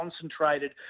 concentrated